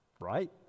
Right